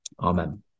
Amen